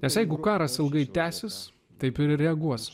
nes jeigu karas ilgai tęsis taip ir reaguos